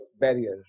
barrier